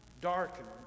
darkened